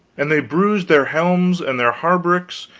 and they bruised their helms and their hauberks,